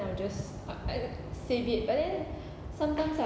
I'm just save it but then sometimes I